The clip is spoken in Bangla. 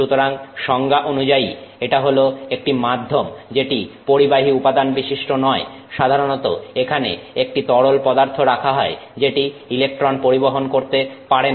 সুতরাং সংজ্ঞা অনুযায়ী এটা হল একটি মাধ্যম যেটি পরিবাহী উপাদান বিশিষ্ট নয় সাধারণত এখানে একটি তরল পদার্থ রাখা হয় যেটি ইলেকট্রন পরিবহন করতে পারে না